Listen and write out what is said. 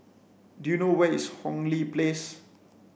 do you know where is Hong Lee Place